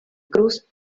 cruz